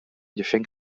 geschenk